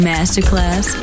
Masterclass